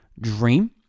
dream